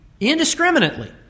indiscriminately